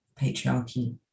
patriarchy